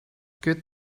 good